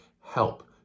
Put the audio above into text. help